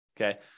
okay